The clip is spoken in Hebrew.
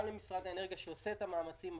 גם למשרד האנרגיה שעושה מאמצים.